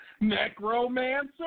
Necromancer